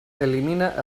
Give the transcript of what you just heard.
elimina